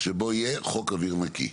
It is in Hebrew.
שבו יהיה חוק אוויר נקי.